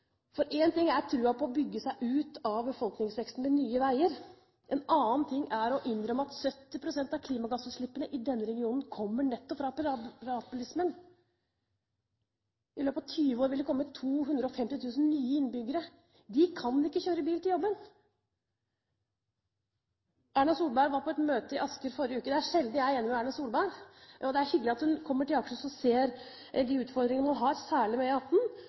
ønsker en debatt i Stortinget om Oslopakke 3. Én ting er troen på å bygge seg ut av befolkningsveksten med nye veier, en annen ting er å innrømme at 70 pst. av klimagassutslippene i denne regionen kommer nettopp fra privatbilismen. I løpet av 20 år vil det komme 250 000 nye innbyggere. De kan ikke kjøre bil til jobben. Erna Solberg var på et møte i Asker i forrige uke, og det er hyggelig at hun kommer til Akershus og ser de utfordringen man har, særlig med